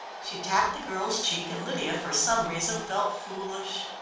she tapped the girl's cheek and lydia, for some reason, felt foolish.